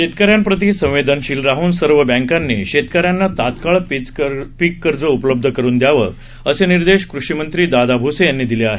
शेतकऱ्यांप्रती संवेदनशिल राहन सर्व बँकांनी शेतकऱ्यांना तत्काळ पिक कर्ज उपलब्ध करुन द्यावं असे निर्देश कृषीमंत्री दादा भूसे यांनी दिले आहेत